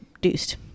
deuced